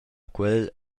quel